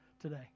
today